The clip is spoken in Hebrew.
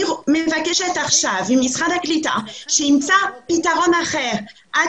אני מבקשת עכשיו ממשרד הקליטה שימצא פתרון אחר עד